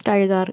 കഴുകാറ്